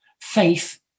Faith